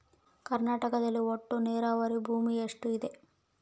ಕರ್ನಾಟಕದಲ್ಲಿ ಒಟ್ಟು ನೇರಾವರಿ ಭೂಮಿ ಎಷ್ಟು ಇದೆ?